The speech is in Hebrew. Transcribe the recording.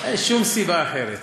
אין שום סיבה אחרת.